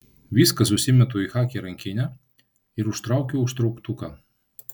viską susimetu į chaki rankinę ir užtraukiu užtrauktuką